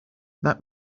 that